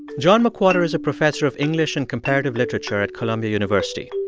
john mcwhorter is a professor of english and comparative literature at columbia university.